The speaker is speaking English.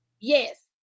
Yes